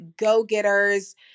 go-getters